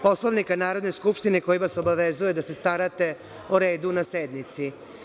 Poslovnika Narodne skupštine, koji vas obavezuje da se starate o redu na sednici.